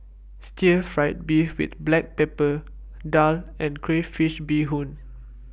Stir Fried Beef with Black Pepper Daal and Crayfish Beehoon